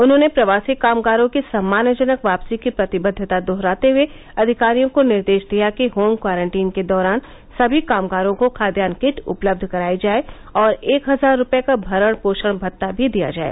उन्होंने प्रवासी कामगारों की सम्मानजनक वापसी की प्रतिबद्दता रोहराते हए अधिकारियों को निर्देश दिया कि होम क्वारंटीन के दौरान सभी कामगारों को खाद्यान्न किट उपलब्ध करायी जाए और एक हजार रूपये का भरण पोषण भत्ता भी दिया जाए